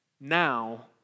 now